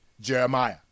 Jeremiah